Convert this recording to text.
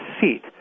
seat